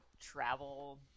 travel